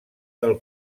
del